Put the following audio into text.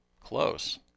Close